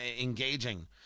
engaging